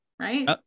Right